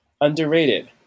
underrated